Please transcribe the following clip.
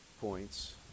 points